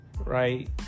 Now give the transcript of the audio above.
Right